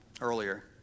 earlier